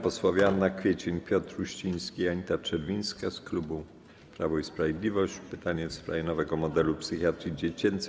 Posłowie Anna Kwiecień, Piotr Uściński i Anita Czerwińska z klubu Prawo i Sprawiedliwość, pytanie w sprawie nowego modelu psychiatrii dziecięcej.